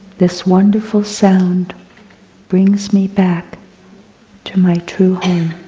this wonderful sound brings me back to my true